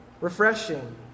refreshing